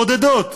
בודדות.